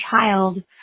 child